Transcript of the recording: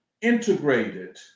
integrated